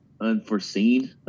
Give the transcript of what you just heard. unforeseen